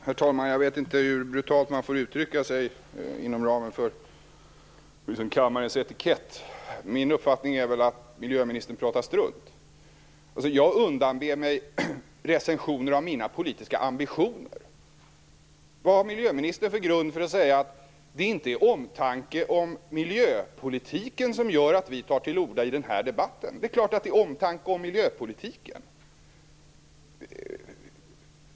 Herr talman! Jag vet inte hur brutalt man får uttrycka sig inom ramen för kammarens etikett. Min uppfattning är att miljöministern pratar strunt. Jag undanber mig recensioner av mina politiska ambitioner. Vad har miljöministern för grund för att säga att det inte är omtanke om miljöpolitiken som gör att vi tar till orda i den här debatten? Det är klart att det är av omtanke om miljöpolitiken.